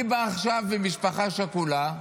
אני בא עכשיו ממשפחה שכולה.